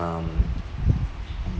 um